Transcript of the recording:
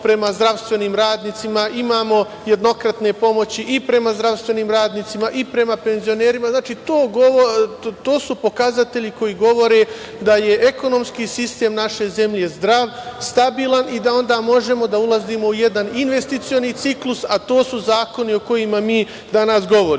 prema zdravstvenim radnicima, imamo jednokratne pomoći i prema zdravstvenim radnicima i prema penzionerima. Znači, to su pokazatelji koji govore da je ekonomski sistem naše zemlje zdrav, stabilan i da onda možemo da ulazimo u jedan investicioni ciklus, a to su zakoni o kojima mi danas govorimo. Hoću